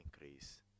increase